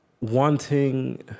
wanting